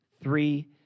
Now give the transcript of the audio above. three